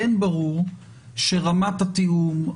כן ברור שרמת התיאום,